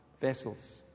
vessels